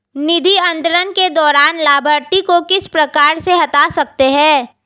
निधि अंतरण के दौरान लाभार्थी को किस प्रकार से हटा सकते हैं?